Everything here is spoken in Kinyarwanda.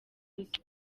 ruswa